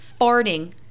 farting